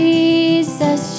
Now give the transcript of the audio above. Jesus